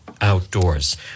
outdoors